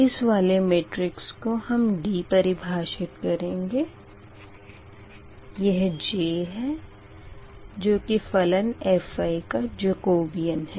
यह वाले मेट्रिक्स को हम D परिभाषित करेंगे यह J है जो की फलन fi का जकोबीयन है